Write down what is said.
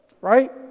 right